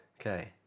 Okay